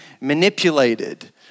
manipulated